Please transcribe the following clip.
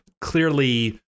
clearly